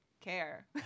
care